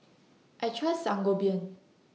I Trust Sangobion